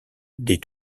des